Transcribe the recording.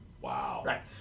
Wow